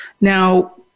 Now